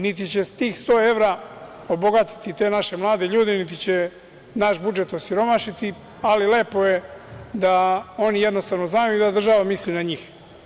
Niti će tih 100 evra obogatiti te naše mlade ljude, niti će naš budžet osiromašiti, ali lepo je da oni jednostavno znaju da država misli na njih.